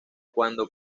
cuando